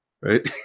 right